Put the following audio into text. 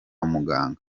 muganga